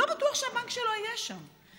לא בטוח שהבנק שלו יהיה שם.